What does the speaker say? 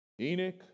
Enoch